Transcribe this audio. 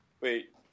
wait